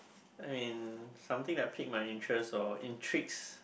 I mean something that pick my interest or intrigues